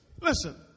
listen